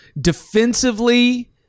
defensively